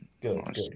Good